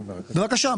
בבקשה,